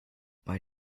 why